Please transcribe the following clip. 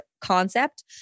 concept